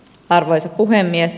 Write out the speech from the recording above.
arvoisa puhemies